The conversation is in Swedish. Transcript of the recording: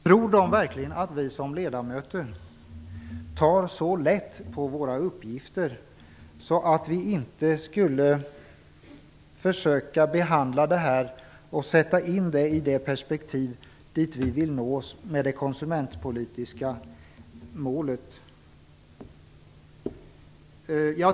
Tror man verkligen att vi ledamöter tar så lätt på våra uppgifter att vi inte skulle försöka behandla detta och sätta in det i det perspektiv som vi vill nå med det konsumentpolitiska målet?